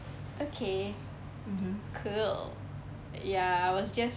okay cool ya I was just